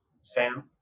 Sam